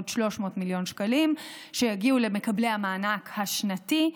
עוד 300 מיליון שקלים שיגיעו למקבלי המענק השנתי.